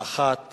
האחת